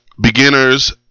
beginners